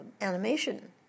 animation